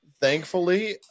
Thankfully